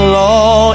law